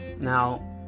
now